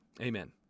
Amen